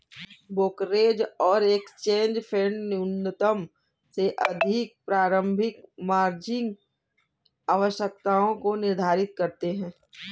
brokerage और exchange फेडन्यूनतम से अधिक प्रारंभिक मार्जिन आवश्यकताओं को निर्धारित करते हैं